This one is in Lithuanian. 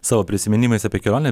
savo prisiminimais apie kelionę